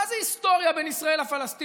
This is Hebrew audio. מה זה היסטוריה בין ישראל לפלסטינים?